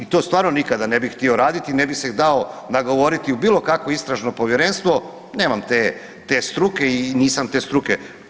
I to stvarno nikada ne bi htio raditi, ne bi se dao nagovoriti u bilo kakvo istražno povjerenstvo, nemam te struke i nisam te struke.